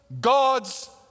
God's